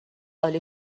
عالی